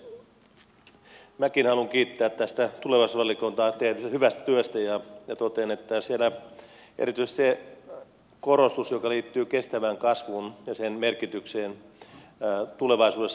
minäkin haluan kiittää tulevaisuusvaliokuntaa tehdystä hyvästä työstä ja totean että siellä on tärkeä erityisesti se korostus joka liittyy kestävään kasvuun ja sen merkitykseen tulevaisuudessa